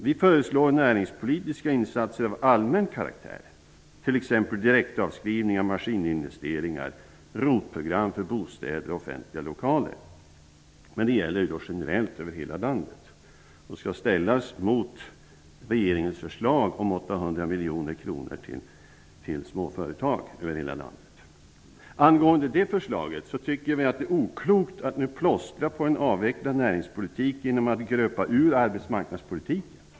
Vi föreslår också näringspolitiska insatser av allmän karaktär, t.ex. direktavskrivning av maskininvesteringar och ROT-program för bostäder och offentliga lokaler. Detta gäller generellt över hela landet och skall ställas mot regeringens förslag om 800 miljoner kronor till småföretag över hela landet. Angående det förslaget, tycker vi att det är oklokt att plåstra på en avvecklad näringspolitik genom att gröpa ur arbetsmarknadspolitiken.